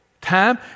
time